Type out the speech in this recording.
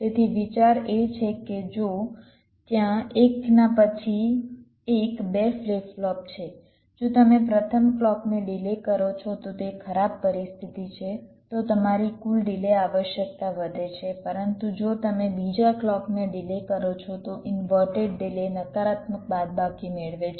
તેથી વિચાર એ છે કે જો ત્યાં એકનાં પછી એક 2 ફ્લિપ ફ્લોપ છે જો તમે પ્રથમ ક્લૉકને ડિલે કરો છો તો તે ખરાબ પરિસ્થિતિ છે તો તમારી કુલ ડિલે આવશ્યકતા વધે છે પરંતુ જો તમે બીજા ક્લૉકને ડિલે કરો છો તો ઇન્વર્ટેડ ડિલે નકારાત્મક બાદબાકી મેળવે છે